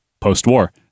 post-war